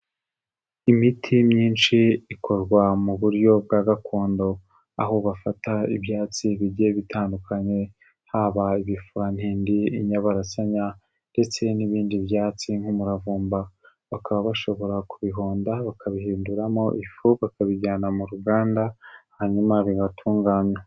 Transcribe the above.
Imiti myinshi ikorwa mu buryo bwa gakondo, aho bafata ibyatsi bigiye bitandukanye, haba ibifurantende, inyabarasanya ndetse n'ibindi byatsi nk'umuravumba, bakaba bashobora kubihonda bakabihinduramo ifu, bakabijyana mu ruganda, hanyuma bigatunganywa.